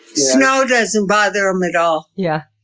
snow doesn't bother them at all. yeah?